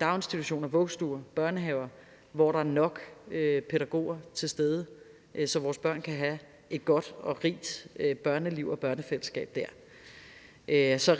daginstitutioner, vuggestuer og børnehaver, hvor der er nok pædagoger til stede, så vores børn kan have et godt og rigt børneliv og børnefællesskab der.